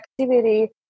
activity